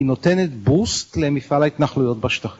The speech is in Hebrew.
‫היא נותנת בוסט למפעל ‫ההתנחלויות בשטחים.